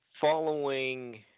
Following